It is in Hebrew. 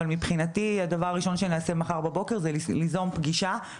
אבל מבחינתי הדבר הראשון שנעשה מחר בבוקר זה ליזום פגישה.